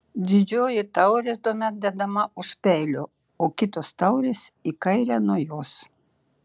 didžioji taurė tuomet dedama už peilio o kitos taurės į kairę nuo jos